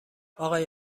آقای